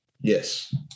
Yes